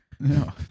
No